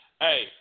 hey